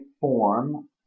form